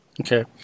Okay